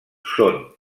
són